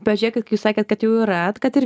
bet žiūrėkit kai jūs sakėt kad jų yra kad ir